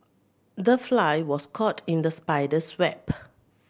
the fly was caught in the spider's web